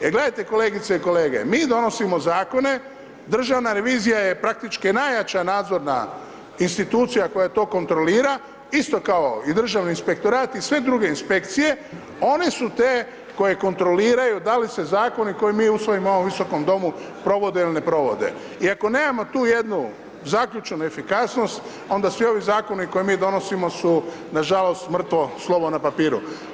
Jel gledajte kolegice i kolege, mi donosimo zakone, državna revizija je praktički najjača nadzorna institucija koja to kontrolira, isto kao i Državni inspektorat i sve druge inspekcije, one su te koje kontroliraju da li se zakoni koje mi usvojimo u ovom Visokom domu provode ili ne provode i ako nemamo tu jednu zaključnu efikasnost, onda svi ovi zakoni koje mi donosimo su nažalost mrtvo slovo na papiru.